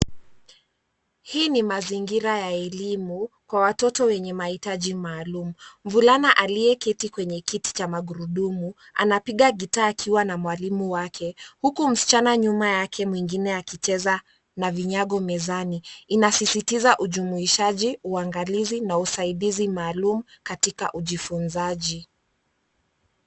Hii ni mazingira ya elimu kwa watoto wenye mahitaji maalum. Mvulana aliyeketi kwenye kiti cha magurudumu anapiga gita akiwa na mwalimu wake huku msichana nyuma yake mwingine akicheza na vinyago mezani. Inasisitiza ujumuishaji uangalizi na usaidizi maalumu katika ujifunzaji.